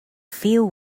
few